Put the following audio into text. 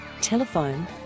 Telephone